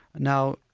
now,